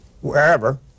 wherever